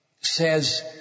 says